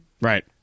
Right